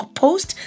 post